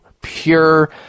Pure